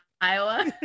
Iowa